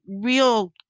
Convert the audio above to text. real